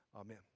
Amen